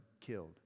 killed